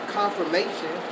confirmation